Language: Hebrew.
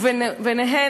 וביניהן,